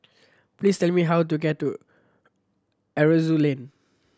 please tell me how to get to Aroozoo Lane